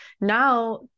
now